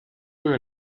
una